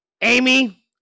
Amy